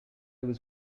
was